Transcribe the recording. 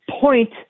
point